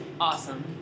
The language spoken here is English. awesome